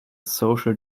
social